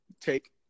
take